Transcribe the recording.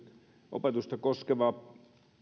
opetusta koskeva